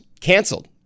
canceled